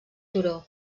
turó